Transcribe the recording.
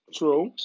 True